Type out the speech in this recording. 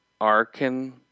Arkin